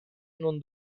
non